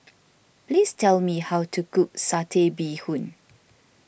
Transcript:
please tell me how to cook Satay Bee Hoon